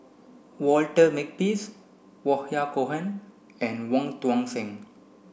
Walter Makepeace Yahya Cohen and Wong Tuang Seng